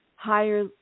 Higher